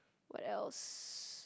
what else